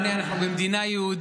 יש צורך ברבנים, לא, דיברתי עליכם,